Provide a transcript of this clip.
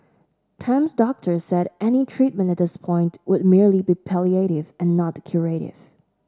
Tam's doctor said any treatment at this point would merely be palliative and not curative